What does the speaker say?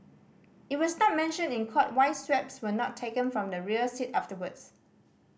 it was not mentioned in court why swabs were not taken from the rear seat afterwards